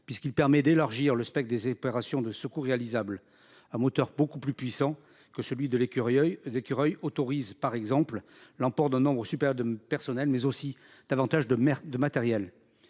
pour élargir le spectre des opérations de secours réalisables. En effet, son moteur, beaucoup plus puissant que celui de l’Écureuil, autorise, par exemple, l’emport d’un nombre supérieur de personnels, mais aussi de davantage de matériel.